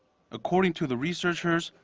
according to the researchers,